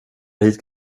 hit